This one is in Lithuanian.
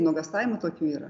nuogąstavimų tokių yra